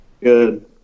Good